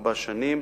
וארבע שנים,